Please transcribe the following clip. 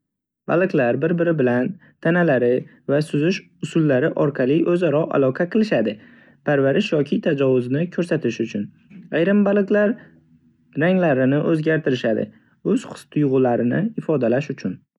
Baliqlar bir-biri bilan tanalari va suzish usullari oqali o'zaro aloqa qilishadi. Parvarish va tajovuzni ko'rsatish uchun ayrim baliqlar ranglarini o'zgartirishadi, o'z his-tuyg'ularini ifodalash uchun.